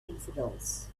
infidels